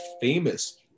famous